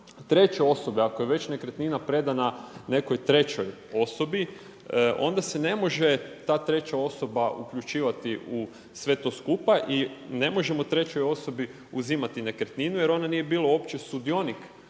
treće osobe, ako je već nekretnina predana nekoj trećoj osobi, onda se ne može ta treća osoba uključivati u sve to skupa i ne možemo trećoj osobi uzimati nekretninu jer ona nije bila uopće sudionik